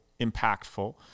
impactful